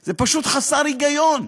זה פשוט חסר היגיון.